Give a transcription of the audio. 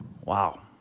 Wow